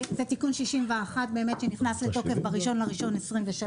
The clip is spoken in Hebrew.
תיקון 61 שנכנס לתוקף ב-1.1.2023.